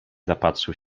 zapatrzył